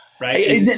right